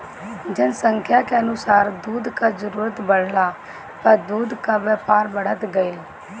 जनसंख्या के अनुसार दूध कअ जरूरत बढ़ला पअ दूध कअ व्यापार बढ़त गइल